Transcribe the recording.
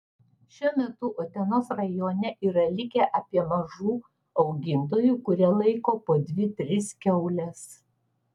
šiuo metu utenos rajone yra likę apie mažų augintojų kurie laiko po dvi tris kiaules